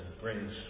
brings